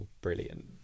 brilliant